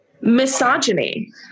misogyny